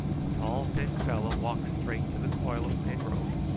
the tall thin fellow walked straight to the coil of thin rope,